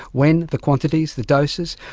when, the quantities, the doses,